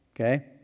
Okay